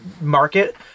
market